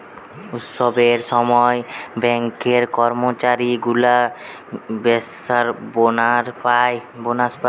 উৎসবের সময় ব্যাঙ্কের কর্মচারী গুলা বেঙ্কার্স বোনাস পায়